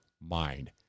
mind